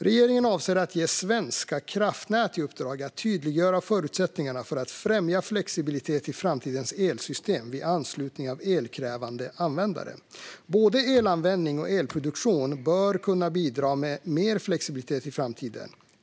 Regeringen avser att ge Svenska kraftnät i uppdrag att tydliggöra förutsättningarna för att främja flexibilitet i framtidens elsystem vid anslutning av elkrävande användare. Både elanvändning och elproduktion bör kunna bidra med mer flexibilitet i framtiden.